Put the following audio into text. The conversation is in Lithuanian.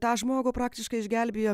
tą žmogų praktiškai išgelbėjo